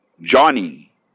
Johnny